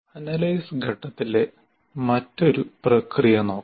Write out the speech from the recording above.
analyse ഘട്ടത്തിലെ മറ്റൊരു പ്രക്രിയ നോക്കാം